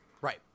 Right